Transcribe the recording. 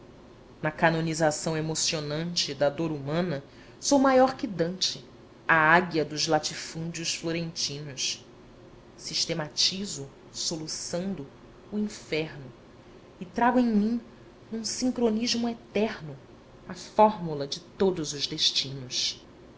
na canonização emocionante da dor humana sou maior que dante a águia dos latifúndios florentinos sistematizo suluçando o inferno e trago em mim num sincronismo eterno a fórmula de todos os destinos